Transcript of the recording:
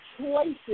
choices